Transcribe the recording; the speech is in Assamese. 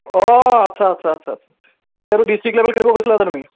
অঁ আচ্ছা আচ্ছা আচ্ছা আচ্ছা সেইটো ডিষ্টিক লেভেল খেলিব গৈছিলা যে তুমি